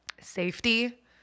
safety